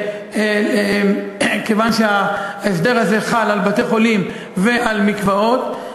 כיוון שההסדר הזה חל על בתי-חולים ועל מקוואות,